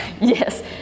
Yes